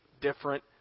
different